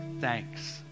thanks